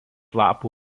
lapų